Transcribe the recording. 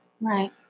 right